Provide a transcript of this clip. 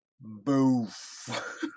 Boof